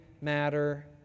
matter